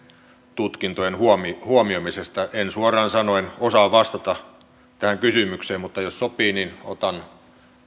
tutkintojen huomioimisesta en suoraan sanoen osaa vastata tähän kysymykseen mutta jos sopii niin otan